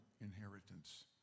inheritance